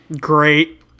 Great